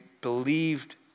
believed